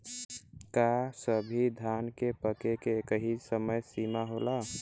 का सभी धान के पके के एकही समय सीमा होला?